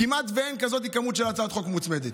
כמעט אין כמות כזאת של הצעות חוק מוצמדות,